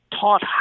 taught